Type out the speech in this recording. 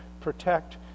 protect